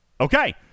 Okay